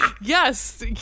yes